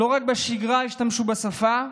לא רק בשגרה השתמשו בשפה,